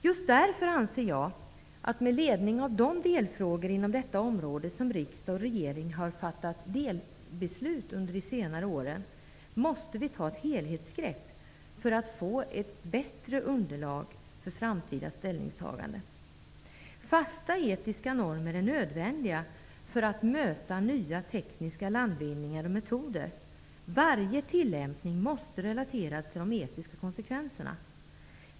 Just därför anser jag att vi, med ledning av de delfrågor inom detta område som riksdag och regering har fattat beslut om under senare år, måste ta ett helhetsgrepp för att få ett bättre underlag för framtida ställningstaganden. Fasta etiska normer är nödvändiga för att möta nya tekniska landvinningar och metoder. Varje tillämpning måste relateras till de etiska konsekvenserna.